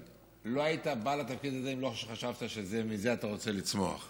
לא היית בא לתפקיד הזה אם לא היית חושב שמזה אתה רוצה לצמוח.